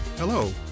Hello